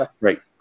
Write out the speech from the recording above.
right